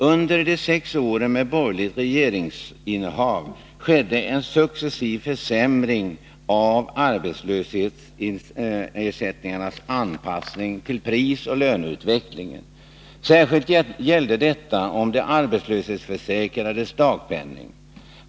Under de sex åren med borgerligt regeringsinnehav skedde en successiv försämring av arbetslöshetsersättningarnas anpassning till prisoch löneutvecklingen. Särskilt gällde detta de arbetslöshetsförsäkrades dagpenning.